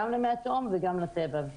גם למי התהום וגם לטבע,